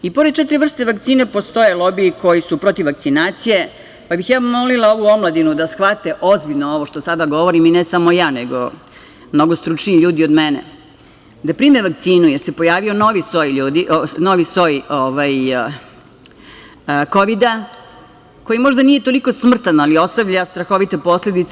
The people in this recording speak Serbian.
I pored četiri vrste vakcina, postoje lobiji koji su protiv vakcinacije, pa bih ja molila ovu omladinu da shvate ozbiljno ovo što sada govorim i ne samo ja, nego mnogo stručniji ljudi od mene, da prime vakcinu, jer se pojavio novi soj Kovida, koji nije možda toliko smrtan, ali ostavlja strahovite posledice.